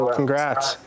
Congrats